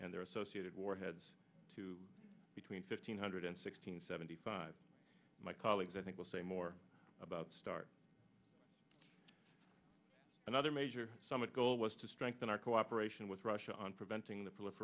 and their associated warheads to between fifteen hundred and sixteen seventy five my colleagues i think will say more about start another major summit goal was to strengthen our cooperation with russia on preventing the